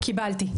קיבלתי.